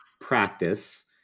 practice